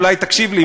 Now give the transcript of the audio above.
אולי תקשיב לי,